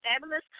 fabulous